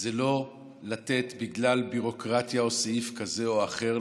זה לא לתת לאנשים ליפול בגלל ביורוקרטיה או סעיף כזה או אחר.